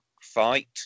fight